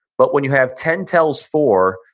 but when you have ten tells for,